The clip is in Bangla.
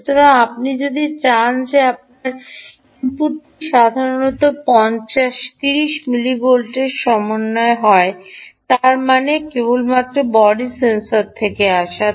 সুতরাং আপনি যদি চান যে আপনার ইনপুটটি সাধারণত 30 মিলিভোল্টের ক্রম হয় তার মানে কেবলমাত্র বডি সেন্সর থেকে আসা